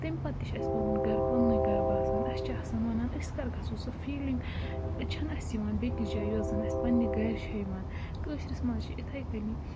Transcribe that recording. تَمہِ پَتہٕ تہِ چھِ اَسہِ پَنُن گَرٕ پنٛنُے گَرٕ باسان اَسہِ چھِ آسان وَنان أسۍ کَر گژھو سۄ فیٖلِنٛگ چھَنہٕ اَسہِ یِوان بیٚیہِ کِس جایہِ یۄس زَن اَسہِ پنٛنہِ گَرِ چھےٚ یِوان کٲشرِس منٛز چھِ یِتھَے کٔنی